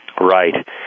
Right